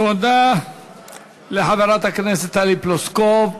תודה לחברת הכנסת טלי פלוסקוב.